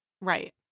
Right